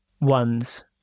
one's